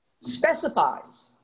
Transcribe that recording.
specifies